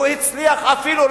הוא הצליח אפילו,